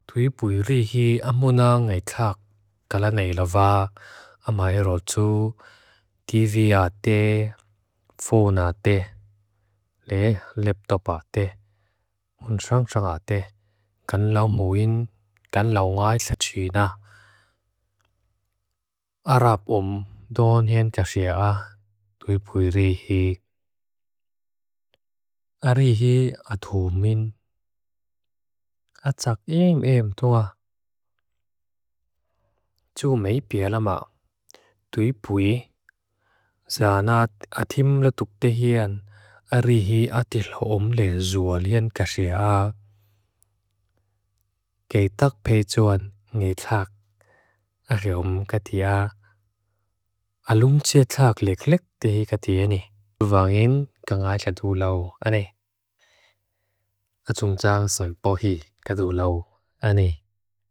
Tui bui rihe amunan ngay thak galanay la va amay rozu divyate fonate leh leptapate mun sang sangate kan lao muin kan lao ngay sa chunah. Arap om don hen jaxiaa tui bui rihe arihe atumin. A chak ii meam tua ju mei pealama tui bui zanat atim latuk dehi an arihe atil om lezuo lian kaxiaa. Kei tak pejon ngay thak ari om katiaa alung che thak leklik dehi katiaa ni. Bui vangin kei ngay ca tu lao ane. A chuncaa soi bohi ka tu lao ane.